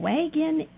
Wagon